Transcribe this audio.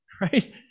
right